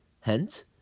Hence